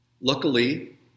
luckily